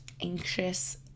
anxious